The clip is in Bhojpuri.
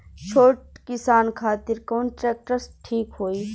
छोट किसान खातिर कवन ट्रेक्टर ठीक होई?